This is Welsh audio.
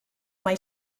mai